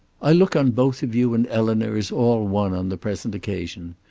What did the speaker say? i look on both of you and eleanor as all one on the present occasion.